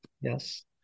Yes